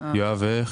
קואליציוניים?